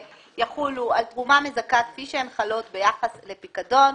יחולו על תרומה מזכה כפי שהן חלות ביחס לפיקדון,